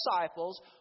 disciples